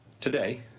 Today